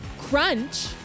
CRUNCH